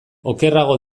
okerrago